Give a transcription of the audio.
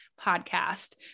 podcast